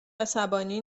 عصبانی